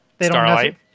Starlight